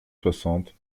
soixante